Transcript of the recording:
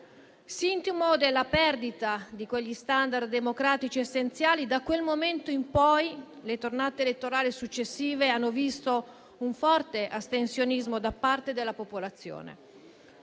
Sintomo della perdita di quegli *standard* democratici essenziali è stato che, da quel momento in poi, le tornate elettorali successive hanno visto un forte astensionismo da parte della popolazione.